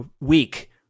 week